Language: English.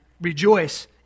rejoice